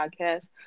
Podcast